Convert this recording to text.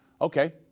Okay